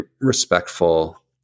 respectful